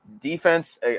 defense